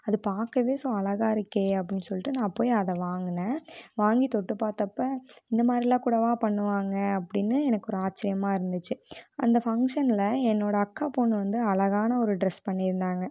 அது பார்க்கவே ஸோ அழகாக இருக்கே அப்படின்னு சொல்லிவிட்டு நான் போய் அதை வாங்கினேன் வாங்கித் தொட்டு பார்த்தப்ப இந்த மாதிரிலாம் கூடவா பண்ணுவாங்க அப்படின்னு எனக்கு ஒரு ஆச்சரியமாக இருந்துச்சு அந்த ஃபங்க்ஷனில் என்னோட அக்கா பொண்ணு வந்து அழகான ஒரு டிரெஸ் பண்ணிருந்தாங்க